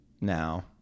now